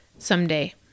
Someday